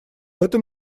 этом